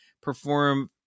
perform